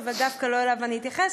אבל דווקא לא אליו אני אתייחס.